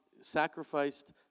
sacrificed